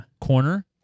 Corner